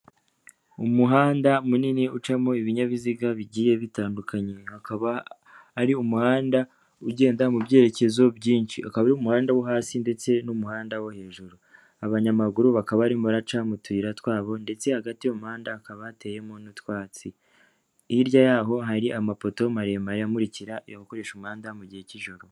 Umuhanda munini ucamo ibinyabiziga bigiye bitandukanye, akaba ari umuhanda ugenda mu byerekezo byinshi, ukaba umuhanda wo hasi ndetse n'umuhanda wo hejuru, abanyamaguru bakaba arimo guca mu tuyira twabo ndetse hagati y'umuhanda hakaba hateyemo n'utwatsi, hirya yaho hari amapoto maremare amurikira abakoresha umuhanda mu gihe cy'ijoro.